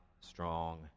strong